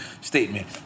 statement